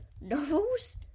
novels